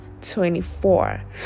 24